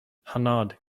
hanaud